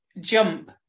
jump